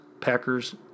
packers